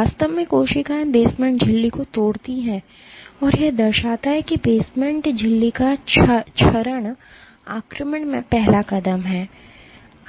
वास्तव में कोशिकाएं बेसमेंट झिल्ली को तोड़ती हैं और यह दर्शाता है कि बेसमेंट की झिल्ली का क्षरण आक्रमण में पहला कदम है